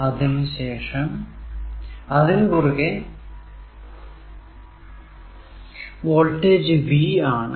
അതിനു കുറുകെ voltage V ആണ്